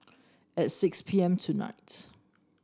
at six P M tonight